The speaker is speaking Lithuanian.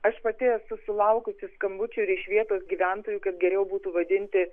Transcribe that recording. aš pati esu sulaukusi skambučio ir iš vietos gyventojų kad geriau būtų vadinti